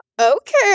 Okay